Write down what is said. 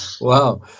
Wow